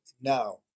now